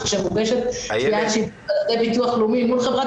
שכאשר מוגשת תביעת שיבוב על ידי הביטוח הלאומי מול חברת